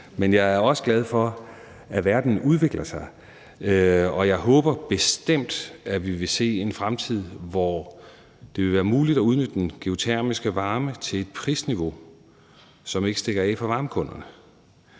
men jeg er også glad for, at verden udvikler sig. Og jeg håber bestemt, at vi vil se en fremtid, hvor det vil være muligt at udnytte den geotermiske varme til et prisniveau, som ikke stikker af for varmekunderne.